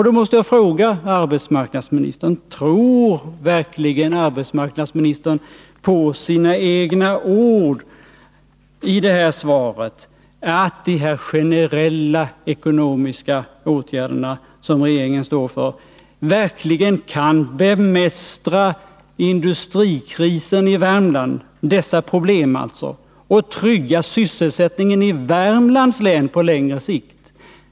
Då måste jag fråga arbetsmarknadsministern: Tror verkligen arbetsmarknadsministern på sina egna ord i det här svaret, dvs. att de generella ekonomiska åtgärder som regeringen står för kan bemästra de problem som sammanhänger med industrikrisen i Värmland och trygga sysselsättningen i Värmlands län på längre sikt?